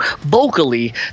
vocally